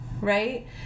right